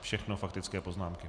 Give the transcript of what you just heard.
Všechno faktické poznámky.